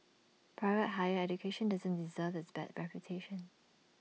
private higher education doesn't deserve its bad reputation